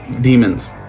demons